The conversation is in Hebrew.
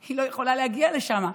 היא לא יכולה להגיע לשם.